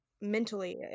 mentally